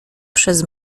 przez